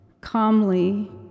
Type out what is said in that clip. calmly